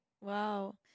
Wow